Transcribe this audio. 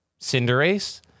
Cinderace